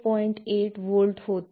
8 volt होते